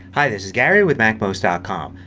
hi, this is gary with macmost ah com.